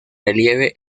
relieve